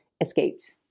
escaped